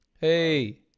Hey